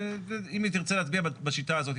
ואם היא תרצה להצביע בשיטה הזאת,